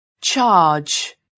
charge